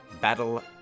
Battle